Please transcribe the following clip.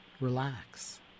relax